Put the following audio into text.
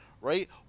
Right